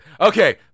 Okay